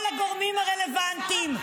-- את כל הגורמים הרלוונטיים,